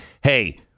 hey